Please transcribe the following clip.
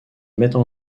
mettent